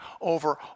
over